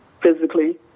physically